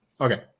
Okay